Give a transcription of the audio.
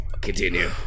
Continue